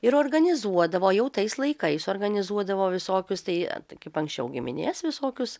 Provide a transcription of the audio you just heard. ir organizuodavo jau tais laikais organizuodavo visokius tai kaip anksčiau giminės visokius